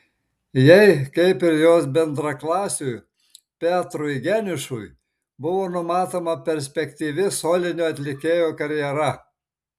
jai kaip ir jos bendraklasiui petrui geniušui buvo numatoma perspektyvi solinio atlikėjo karjera